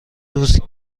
روز